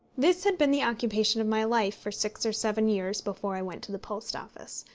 this had been the occupation of my life for six or seven years before i went to the post office,